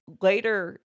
later